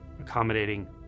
accommodating